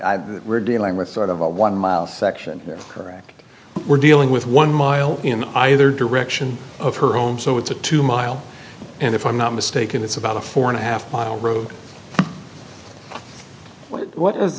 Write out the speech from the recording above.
i were dealing with out of a one mile section we're dealing with one mile in either direction of her home so it's a two mile and if i'm not mistaken it's about a four and a half mile road what is